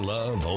Love